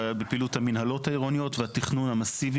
בפעילות המנהלות העירוניות והתכנון המסיבי